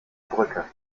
brücke